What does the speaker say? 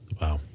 Wow